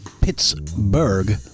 Pittsburgh